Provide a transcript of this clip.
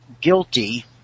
guilty